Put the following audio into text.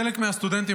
חלק מהסטודנטים,